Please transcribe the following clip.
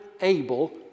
able